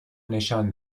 نشان